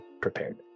prepared